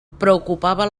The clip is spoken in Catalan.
preocupava